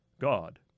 God